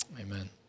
Amen